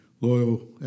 loyal